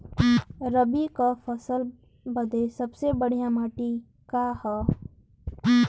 रबी क फसल बदे सबसे बढ़िया माटी का ह?